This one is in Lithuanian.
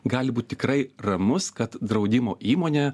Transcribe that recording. gali būt tikrai ramus kad draudimo įmonė